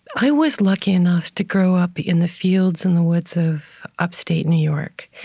i was lucky enough to grow up in the fields and the woods of upstate new york.